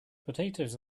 potatoes